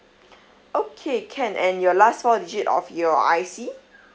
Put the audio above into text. okay can and your last four digit of your I_C